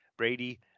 Brady